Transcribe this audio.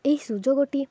ଏହି ସୁଯୋଗଟି